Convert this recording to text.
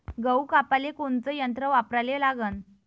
गहू कापाले कोनचं यंत्र वापराले लागन?